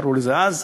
קראו לזה אז,